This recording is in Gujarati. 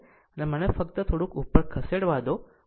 અને આ છે ફક્ત મને થોડુંક ઉપર ખસેડવા દો